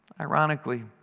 Ironically